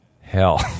hell